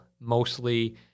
mostly